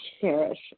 cherish